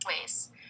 ways